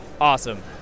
awesome